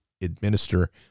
administer